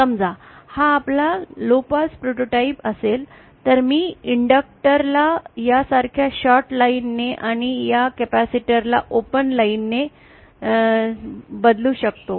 समजा हा आपला लो पास प्रोटोटाइप असेल तर मी या इंडक्टर ला यासारख्या शॉर्ट लाइन ने आणि या कॅपेसिटर ला ओपन लाईन सह बदलू शकतो